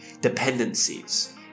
dependencies